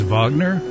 Wagner